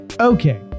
Okay